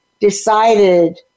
decided